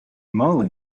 moly